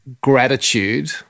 gratitude